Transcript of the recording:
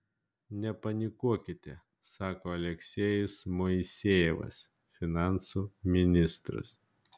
nepanikuokite sako aleksejus moisejevas finansų ministras